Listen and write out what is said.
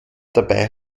dabei